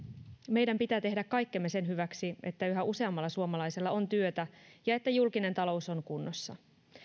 meidän pitää tehdä kaikkemme sen hyväksi että yhä useammalla suomalaisella on työtä ja että julkinen talous on kunnossa